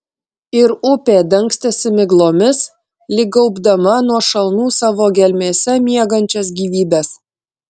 ir upė dangstėsi miglomis lyg gaubdama nuo šalnų savo gelmėse miegančias gyvybes